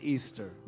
Easter